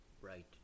Right